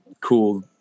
cool